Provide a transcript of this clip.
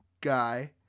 guy